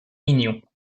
mignon